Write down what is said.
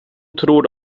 tror